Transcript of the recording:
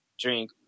drink